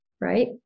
right